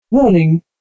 Warning